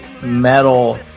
metal